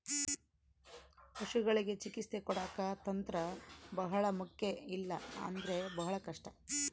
ಪಶುಗಳಿಗೆ ಚಿಕಿತ್ಸೆ ಕೊಡಾಕ ತಂತ್ರ ಬಹಳ ಮುಖ್ಯ ಇಲ್ಲ ಅಂದ್ರೆ ಬಹಳ ಕಷ್ಟ